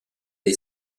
est